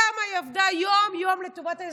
כמה היא עבדה יום-יום לטובת האזרחים,